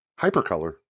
hypercolor